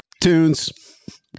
tunes